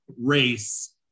race